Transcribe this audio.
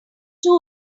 two